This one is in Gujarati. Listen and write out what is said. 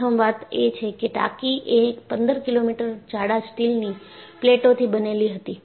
પ્રથમ વાત એ છે કે ટાંકીએ 15 મિલીમીટર જાડા સ્ટીલની પ્લેટોથી બનેલી હતી